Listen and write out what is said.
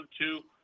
two